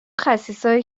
خسیسایی